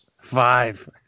five